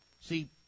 See